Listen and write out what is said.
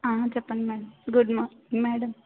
చెప్పండి ma'am good morning madam